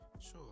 sure